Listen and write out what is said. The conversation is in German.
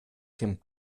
dem